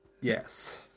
Yes